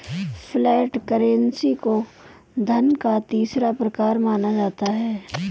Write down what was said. flat currency को धन का तीसरा प्रकार माना जाता है